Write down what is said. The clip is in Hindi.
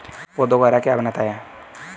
पौधों को हरा क्या बनाता है?